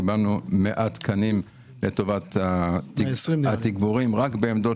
קיבלנו מעט תקנים לטובת התגבורים רק בעמדות